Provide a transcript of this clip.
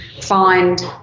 find